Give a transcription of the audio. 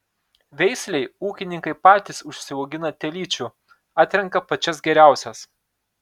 veislei ūkininkai patys užsiaugina telyčių atrenka pačias geriausias